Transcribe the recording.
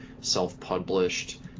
self-published